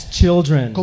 children